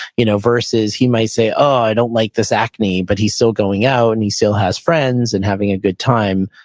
you know versus he might say, ah i don't like this acne, but he's still going out, and he still has friends and having a good time.